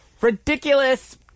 ridiculous